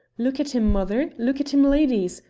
look at him, mother look at him, ladies!